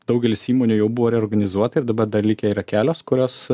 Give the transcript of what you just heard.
daugelis įmonių jau buvo reorganizuota ir dabar likę yra kelios kurios